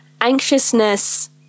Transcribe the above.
anxiousness